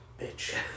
bitch